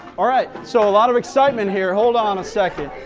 alright, so a lot of excitement here. hold on a second.